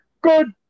good